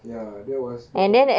ya that was that was an